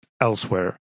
elsewhere